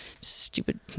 Stupid